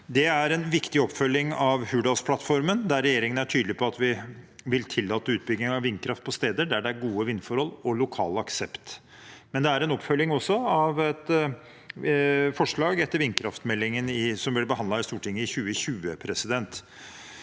Det er en viktig oppfølging av Hurdalsplattformen, der regjeringen er tydelig på at vi vil tillate utbygging av vindkraft på steder der det er gode vindforhold og lokal aksept. Men det er også en oppfølging av et forslag etter vindkraftmeldingen, som ble behandlet i Stortinget i 2020. Vi